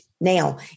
now